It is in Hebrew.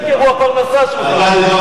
אתה דיברת, הוא לא הפריע לך.